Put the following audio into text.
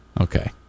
Okay